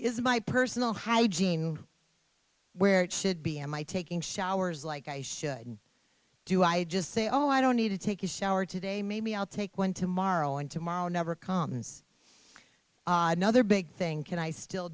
is my personal hygiene where it should be am i taking showers like i should do i just say oh i don't need to take a shower today maybe i'll take one tomorrow and tomorrow never comes another big thing can i still